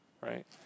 right